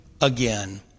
again